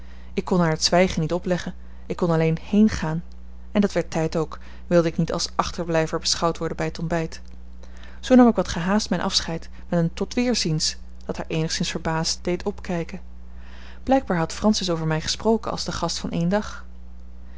ik kon haar het zwijgen niet opleggen ik kon alleen heengaan en dat werd tijd ook wilde ik niet als achterblijver beschouwd worden bij t ontbijt zoo nam ik wat gehaast mijn afscheid met een tot weerziens dat haar eenigszins verbaasd deed opkijken blijkbaar had francis over mij gesproken als de gast van één dag